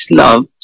love